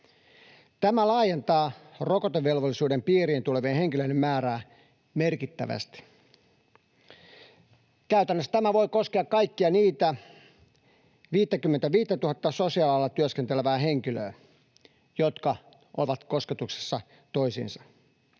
Tämä laajentaa rokotevelvollisuuden piiriin tulevien henkilöiden määrää merkittävästi. Käytännössä tämä voi koskea kaikkia niitä 55 000:tä sosiaalialalla työskentelevää henkilöä, jotka ovat kosketuksissa toisiinsa